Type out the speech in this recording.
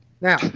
now